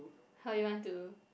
how you want to